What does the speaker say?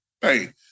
Hey